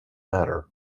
matter